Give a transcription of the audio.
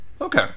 okay